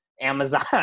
Amazon